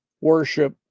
worship